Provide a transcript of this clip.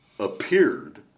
appeared